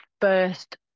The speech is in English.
first